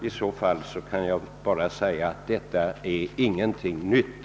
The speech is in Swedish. I så fall kan jag bara säga att detta inte är någonting nytt.